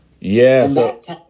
yes